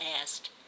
asked